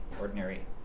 ordinary